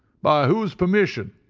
by whose permission?